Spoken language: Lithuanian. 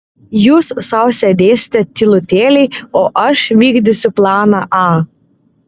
jūs sau sėdėsite tylutėliai o aš vykdysiu planą a